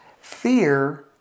fear